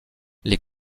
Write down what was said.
les